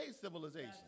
civilization